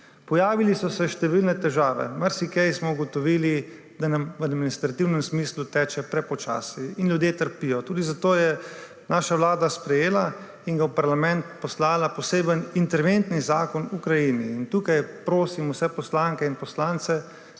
Pojavile so se številne težave. Ugotovili smo, da nam v administrativnem smislu marsikaj teče prepočasi in ljudje trpijo. Tudi zato je naša vlada sprejela in je v parlament poslala poseben interventni zakon Ukrajini. Tukaj prosim vse poslanke in poslance,